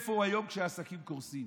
איפה הוא היום כשהעסקים קורסים?